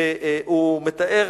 והוא מתאר